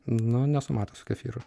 nu nesu matęs su kefyru